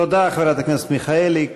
תודה, חברת הכנסת מיכאלי.